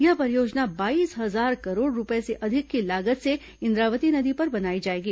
यह परियोजना बाईस हजार करोड़ रूपये से अधिक की लागत से इंद्रावती नदी पर बनाई जाएगी